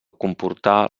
comportar